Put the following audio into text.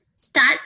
start